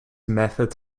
method